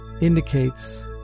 indicates